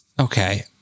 Okay